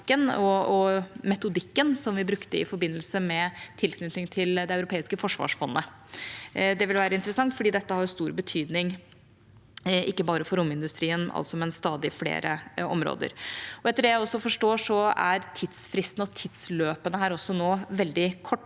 og metodikken som vi brukte i forbindelse med tilknytning til Det europeiske forsvarsfondet. Det ville være interessant, for dette har stor betydning ikke bare for romindustrien, men på stadig flere områder. Etter det jeg forstår, er tidsfristene og tidsløpene her nå veldig korte,